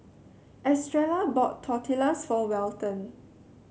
Estrella bought Tortillas for Welton